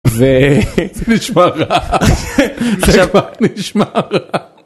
זה נשמע רע, זה באמת נשמע רע.